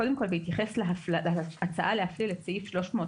קודם כול, בהתייחס להצעה להפליל את סעיף יט(ה)